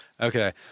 Okay